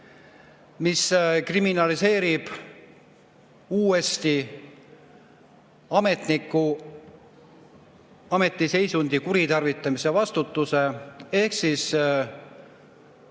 mis kriminaliseerib uuesti ametniku ametiseisundi kuritarvitamise vastutuse. Ehk siis